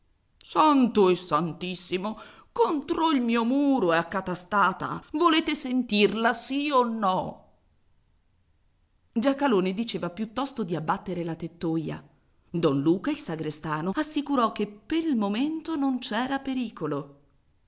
santo e santissimo contro il mio muro è accatastata volete sentirla sì o no giacalone diceva piuttosto di abbattere la tettoia don luca il sagrestano assicurò che pel momento non c'era pericolo